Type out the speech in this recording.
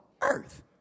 Earth